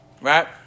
Right